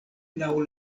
laŭ